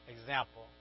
example